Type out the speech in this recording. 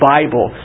Bible